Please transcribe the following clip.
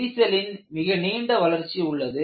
விரிசலின் மிக நீண்ட வளர்ச்சி உள்ளது